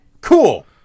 Cool